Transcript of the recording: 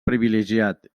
privilegiat